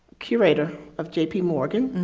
curator of j p. morgan,